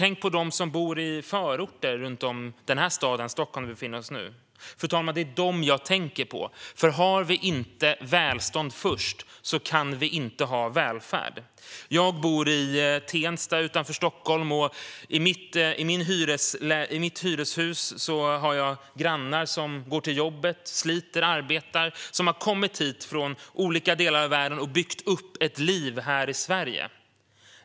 Tänk på de som bor i förorter runt om Stockholm, den stad som vi befinner oss i nu! Det är dem jag tänker på, fru talman, för om vi inte har välstånd först kan vi inte ha välfärd. Jag bor i Tensta utanför Stockholm. I hyreshuset där jag bor har jag grannar som går till jobbet och som sliter och arbetar. De har kommit hit från olika delar av världen och byggt upp ett liv här i Sverige.